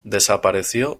desapareció